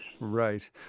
Right